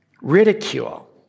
ridicule